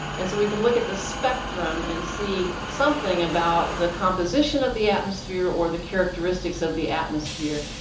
and so we can look at the spectrum and see something about the composition of the atmosphere or the characteristics of the atmosphere.